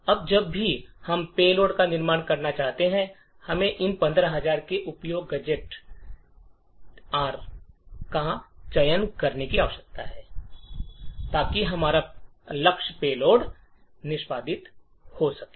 अब जब भी हम पेलोड का निर्माण करना चाहते हैं हमें इन 15000 से उपयुक्त गैजेट का चयन करने की आवश्यकता है ताकि हमारा लक्ष्य पेलोड निष्पादन प्राप्त हो सके